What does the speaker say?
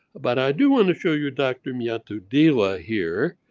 but i do want to show you dr. miatudila here,